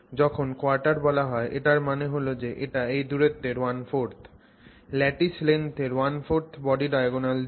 যখন কোয়ার্টার বলা হয় এটার মানে হল যে এটা এই দূরত্বর one fourth ল্যাটিস লেংথের one fourth body diagonal দিয়ে